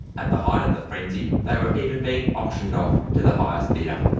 at the height of the frenzy they were even being auctioned off to the highest bidder.